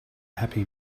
happy